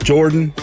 Jordan